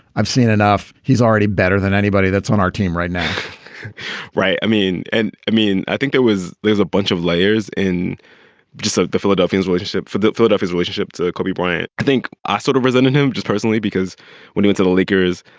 i've seen enough. he's already better than anybody that's on our team right now right. i mean, and i mean, i think there was there's a bunch of layers in so the philadelphians relationship for that philadephia relationship to kobe bryant. i think i sort of resented him just personally, because when you into the lakers,